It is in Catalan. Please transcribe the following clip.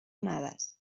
onades